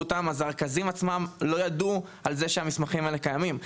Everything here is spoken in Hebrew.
אותם אז הרכזים לא ידעו על זה שהמסמכים האלו קיימים.